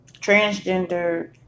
transgender